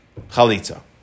chalitza